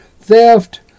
theft